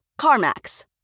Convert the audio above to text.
CarMax